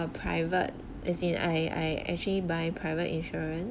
a private as in I I actually buy private insurance